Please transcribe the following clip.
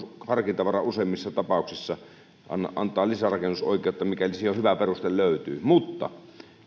harkintavara useimmissa tapauksissa antaa lisärakennusoikeutta mikäli siihen hyvä peruste löytyy mutta